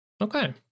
Okay